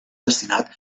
destinat